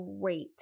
great